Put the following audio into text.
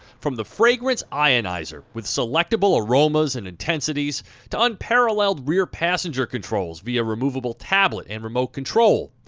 from the fragrance ionizer with selectable aromas and intensities to unparalleled rear passenger controls via removable tablet and remote control,